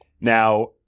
Now